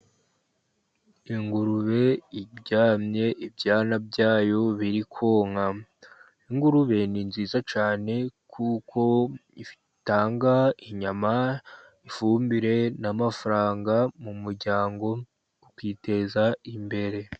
Ingurube iryamye, ibyana byayo biri konka. Ingurube ni nziza cyane, kuko itanga inyama, ifumbire, n'amafaranga ku muryango, ukiteza imbere.